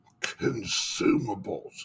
consumables